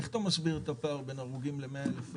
איך אתה מסביר את הפער בין הרוגים ל-100,000 איש,